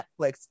Netflix